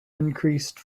increased